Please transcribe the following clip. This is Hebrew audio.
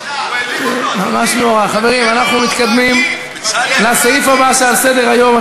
הוא רשאי להשיב לו,